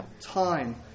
time